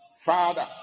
Father